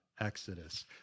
Exodus